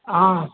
आं